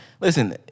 listen